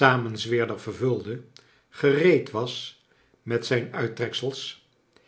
samen zweerder vervulde gereed was met zijn uittrekseis